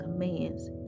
commands